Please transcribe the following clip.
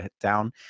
down